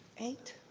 eight.